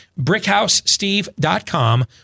BrickHouseSteve.com